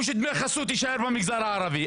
שנושא דמי חסות יישאר במגזר הערבי.